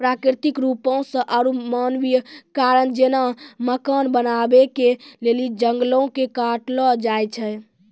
प्राकृतिक रुपो से आरु मानवीय कारण जेना मकान बनाबै के लेली जंगलो के काटलो जाय छै